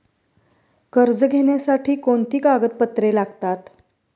कर्ज घेण्यासाठी कोणती कागदपत्रे लागतात?